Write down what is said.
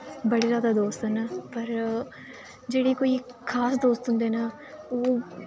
बड़े जैदा दोस्त न पर जेह्ड़े कोई खास दोस्त होंदे न ओह्